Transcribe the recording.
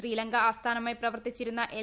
ശ്രീലങ്ക ആസ്ഥാനമായി പ്ര വർത്തിച്ചിരുന്ന എൽ